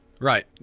Right